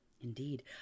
Indeed